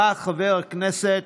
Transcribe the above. באה חברת הכנסת